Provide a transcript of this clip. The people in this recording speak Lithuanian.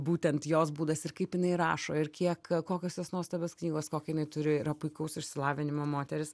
būtent jos būdas ir kaip jinai rašo ir kiek kokios jos nuostabios knygos kokį jinai turi yra puikaus išsilavinimo moteris